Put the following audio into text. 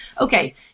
Okay